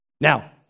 Now